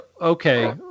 Okay